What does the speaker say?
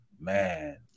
Man